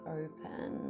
open